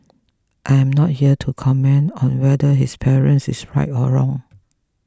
I am not here to comment on whether this parent is right or wrong